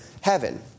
heaven